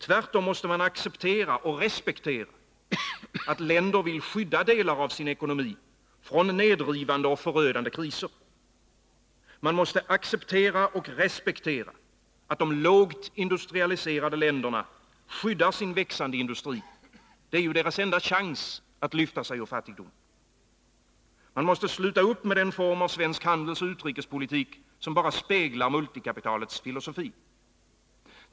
Tvärtom måste man acceptera och respektera att länder vill skydda delar av sin ekonomi från nedrivande och förödande kriser. Man måste acceptera och respektera att de lågt industrialiserade länderna skyddar sin växande industri — det är ju deras enda chans att lyfta sig ur fattigdomen. Man måste sluta upp med den form av svensk handelsoch utrikespolitik som bara speglar multikapitalets filosofi.